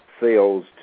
sales